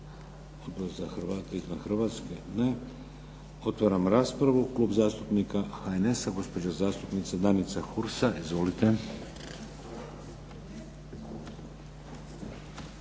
Otvaram raspravu. Klub zastupnika HNS-a gospođa zastupnica Danica Hursa. Izvolite.